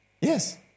Yes